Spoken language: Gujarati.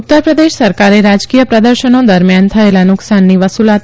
ઉત્તર પ્રદેશ સરકારે રાજકીય પ્રદર્શનો દરમિયાન થયેલા નુકસાનની વસુલાત